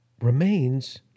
remains